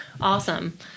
Awesome